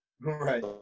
Right